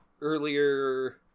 earlier